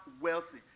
wealthy